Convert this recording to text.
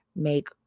Make